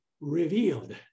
revealed